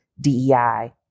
DEI